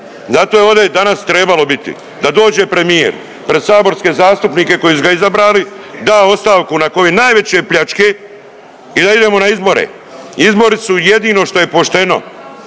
Zato je ovdje danas trebalo biti da dođe premijer pred saborske zastupnike koji su ga izabrali, da ostavku nakon najveće pljačke i da idemo na izbore. Izbori su jedino što je pošteno,